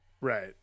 right